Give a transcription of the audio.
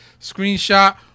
screenshot